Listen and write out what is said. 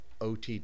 OTT